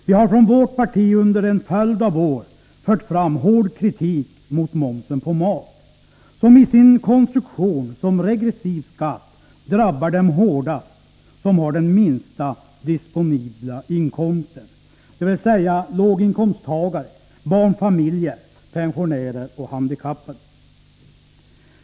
Vi har från vårt parti under en följd av år fört fram hård kritik mot momsen på mat, som i sin konstruktion som regressiv skatt drabbar dem hårdast som har den minsta disponibla inkomsten, dvs. låginkomsttagare, barnfamiljer, pensionärer och handikappade.